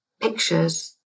pictures